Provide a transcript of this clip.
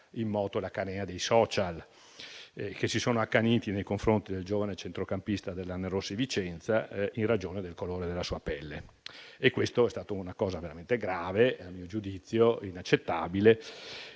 in moto la catena dei *social*, che si sono accaniti nei confronti del giovane centrocampista del Vicenza in ragione del colore della sua pelle. Questa è stata una cosa veramente grave e inaccettabile,